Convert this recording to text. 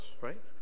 right